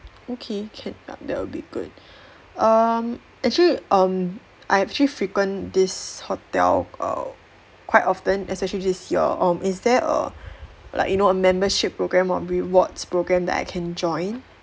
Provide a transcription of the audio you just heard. okay can ya that will be good um actually um I actually frequent this hotel err quite often especially this your um is there a like you know a membership program or rewards program that I can join